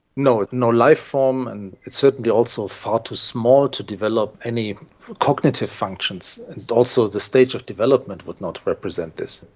no, no life form, and certainly also far too small to develop any cognitive functions, and also the stage of development would not represent this.